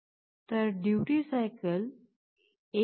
तर duty cycle 1